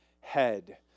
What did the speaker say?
head